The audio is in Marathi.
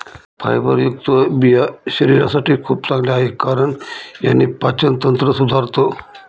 फायबरयुक्त बिया शरीरासाठी खूप चांगल्या आहे, कारण याने पाचन तंत्र सुधारतं